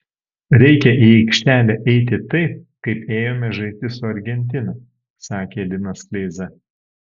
reikia į aikštelę eiti taip kaip ėjome žaisti su argentina sakė linas kleiza